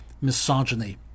misogyny